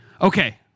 okay